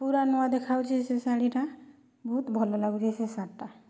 ପୁରା ନୂଆ ଦେଖାଯାଉଛି ସେ ଶାଢ଼ୀଟା ବହୁତ ଭଲ ଲାଗୁଛି ସେ ଶାଢ଼ୀଟା